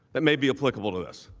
that may be applicable to us.